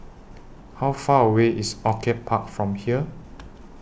How Far away IS Orchid Park from here